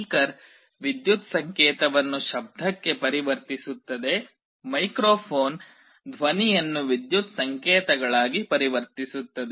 speaker ವಿದ್ಯುತ್ ಸಂಕೇತವನ್ನು ಶಬ್ದಕ್ಕೆ ಪರಿವರ್ತಿಸುತ್ತದೆ ಮೈಕ್ರೊಫೋನ್ ಧ್ವನಿಯನ್ನು ವಿದ್ಯುತ್ ಸಂಕೇತಗಳಾಗಿ ಪರಿವರ್ತಿಸುತ್ತದೆ